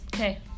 Okay